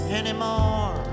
anymore